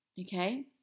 Okay